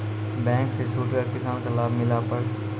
Bank से छूट का किसान का लाभ मिला पर?